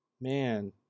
man